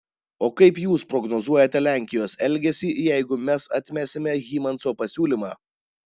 o kaip jūs prognozuojate lenkijos elgesį jeigu mes atmesime hymanso pasiūlymą